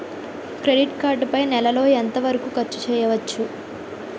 Credit card పై నెల లో ఎంత వరకూ ఖర్చు చేయవచ్చు?